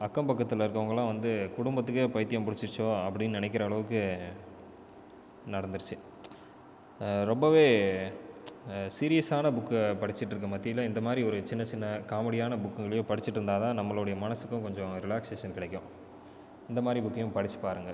அக்கம் பக்கத்தில் இருக்கிறவங்கலாம் வந்து குடும்பத்துக்கே பைத்தியம் பிடிச்சிருச்சோ அப்படினு நினைக்கிற அளவுக்கு நடந்திருச்சு ரொம்பவே சீரியஸ்ஸான புக்கை படிச்சுக்கிட்ருக்க மத்தியில் இந்த மாதிரி ஒரு சின்ன சின்ன காமெடியான புக்குகளையும் படிச்சுக்கிட்டுருந்தாதான் நம்மளுடைய மனதுக்கும் கொஞ்சம் ரிலாக்சேசன் கிடைக்கும் இந்த மாதிரி புக்கையும் படித்து பாருங்கள்